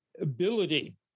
ability